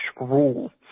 rule